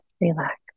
relax